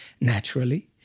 naturally